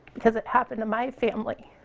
because it happened to my family